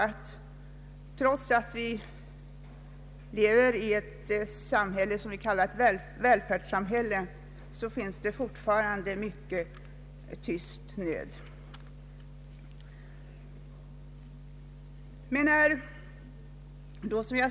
Trots att vi lever i vad vi kallar ett välfärdssamhälle, finns det fortfarande mycken tyst nöd.